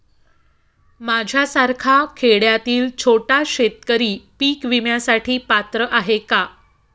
माझ्यासारखा खेड्यातील छोटा शेतकरी पीक विम्यासाठी पात्र आहे का?